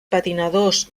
patinadors